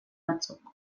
batzuk